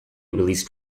released